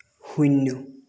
শূন্য